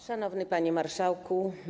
Szanowny Panie Marszałku!